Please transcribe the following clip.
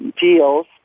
deals